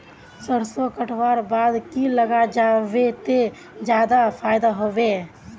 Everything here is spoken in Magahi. सरसों कटवार बाद की लगा जाहा बे ते ज्यादा फायदा होबे बे?